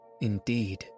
Indeed